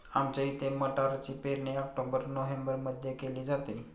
आमच्या इथे मटारची पेरणी ऑक्टोबर नोव्हेंबरमध्ये केली जाते